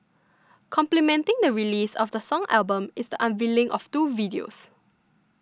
complementing the release of the song album is the unveiling of two videos